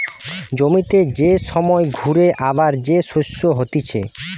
জমিতে যে সময় ঘুরে আবার যে শস্য হতিছে